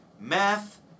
math